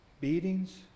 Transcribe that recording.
beatings